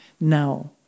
now